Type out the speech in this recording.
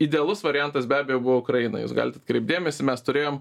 idealus variantas be abejo buvo ukraina jūs galit atkreipt dėmesį mes turėjom